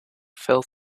fell